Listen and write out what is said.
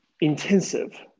intensive